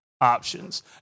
options